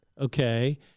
Okay